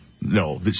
No